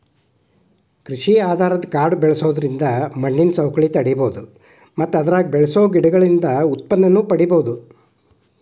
ಕೃಷಿ ಆಧಾರದ ಕಾಡು ಬೆಳ್ಸೋದ್ರಿಂದ ಮಣ್ಣಿನ ಸವಕಳಿ ತಡೇಬೋದು ಮತ್ತ ಅದ್ರಾಗ ಬೆಳಸೋ ಗಿಡಗಳಿಂದ ಉತ್ಪನ್ನನೂ ಪಡೇಬೋದು